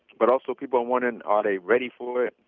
but also people are wondering are they ready for it?